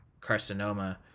Carcinoma